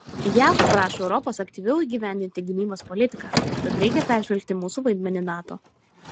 jav prašo europos aktyviau įgyvendinti gynybos politiką tad reikia peržvelgti mūsų vaidmenį nato